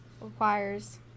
Requires